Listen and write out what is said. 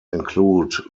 include